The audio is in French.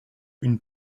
une